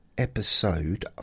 Episode